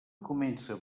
comença